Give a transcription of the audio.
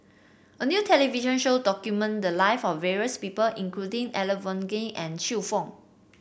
a new television show documented the live of various people including Elangovan and Xiu Fang